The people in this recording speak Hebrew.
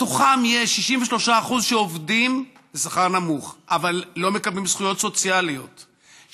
בתוכם יש 63% שעובדים בשכר נמוך ולא מקבלים זכויות סוציאליות,